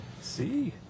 See